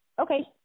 Okay